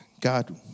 God